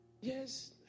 Yes